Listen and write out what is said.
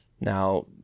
Now